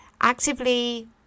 actively